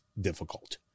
difficult